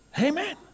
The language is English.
Amen